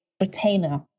retainer